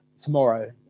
tomorrow